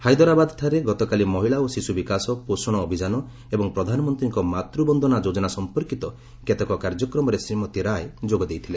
ହାଇଦରାବାଦ୍ଠାରେ ଗତକାଲି ମହିଳା ଓ ଶିଶୁ ବିକାଶ ପୋଷଣ ଅଭିଯାନ ଏବଂ ପ୍ରଧାନମନ୍ତ୍ରୀଙ୍କ ମାତୃବନ୍ଦନା ଯୋଜନା ସମ୍ପର୍କୀତ କେତେକ କାର୍ଯ୍ୟକ୍ରମରେ ଶ୍ରୀମତୀ ରାୟ ଯୋଗ ଦେଇଥିଲେ